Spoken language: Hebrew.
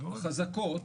החזקות,